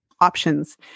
options